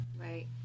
Right